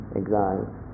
exile